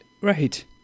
right